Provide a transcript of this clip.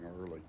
early